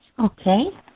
Okay